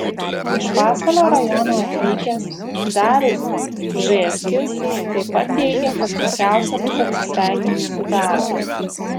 iš pasvalio rajono atvykęs darius bžėskis taip pat teigė kad sunkiausia bus atsisveikinti su darbu